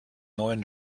neuen